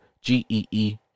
G-E-E